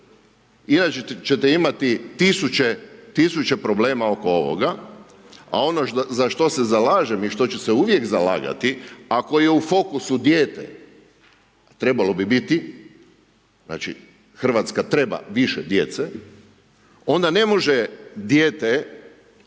inače ćete imati tisuće problema oko ovoga, a ono za što se zalažem i što ću se uvijek zalagati, ako je u fokusu dijete, trebalo bi biti, RH treba više djece, onda ne može dijete,